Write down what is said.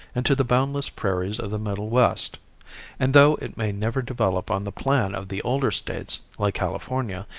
and to the boundless prairies of the middle west and, though it may never develop on the plan of the older states, like california,